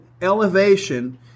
elevation